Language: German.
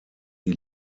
die